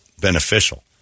beneficial